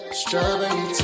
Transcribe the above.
strawberry